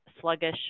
sluggish